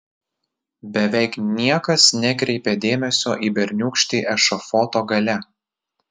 beveik niekas nekreipė dėmesio į berniūkštį ešafoto gale